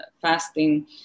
fasting